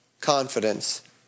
confidence